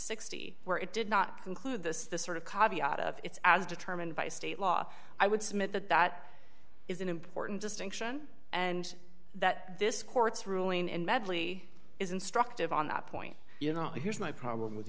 sixty where it did not include this sort of copy out of its as determined by state law i would submit that that is an important distinction and that this court's ruling in medley is instructive on that point you know here's my problem with